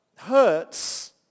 hurts